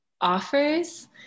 offers